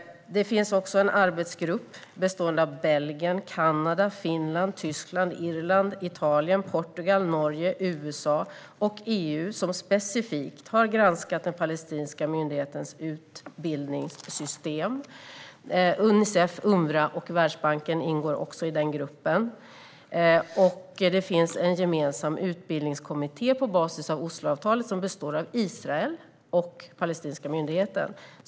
Det finns också en arbetsgrupp bestående av Belgien, Kanada, Finland, Tyskland, Irland, Italien, Portugal, Norge, USA och EU som specifikt har granskat den palestinska myndighetens utbildningssystem. Unicef, Unrwa och Världsbanken ingår också i den gruppen. Det finns en gemensam utbildningskommitté på basis av Osloavtalet som består av Israel och den palestinska myndigheten.